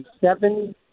seven